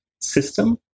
system